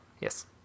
Yes